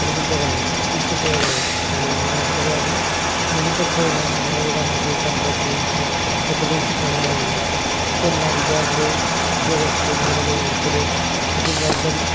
కనిపించగలవు చికిత్స చేయగలవు కానీ మానసిక వ్యాధులు కనిపించకపోయినా నెమ్మదిగా మన జీవితాన్ని లోపల నుంచి దెబ్బ తీసే ప్రమాదం ఉంది ముఖ్యంగా విద్యార్థులు ఉద్యోగస్థులు మహిళలు వృద్ధులు ప్రతి వర్గం